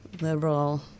liberal